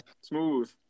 smooth